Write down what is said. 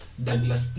Douglas